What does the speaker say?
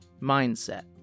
mindset